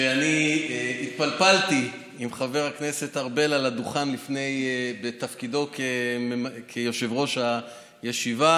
שאני התפלפלתי עם חבר הכנסת ארבל על הדוכן בתפקידו כיושב-ראש הישיבה,